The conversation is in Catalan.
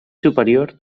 superior